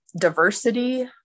diversity